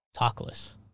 Talkless